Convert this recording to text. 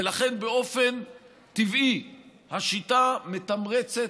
ולכן באופן טבעי השיטה מתמרצת,